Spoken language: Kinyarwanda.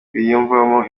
biyumvamo